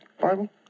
Bible